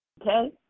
Okay